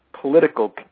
political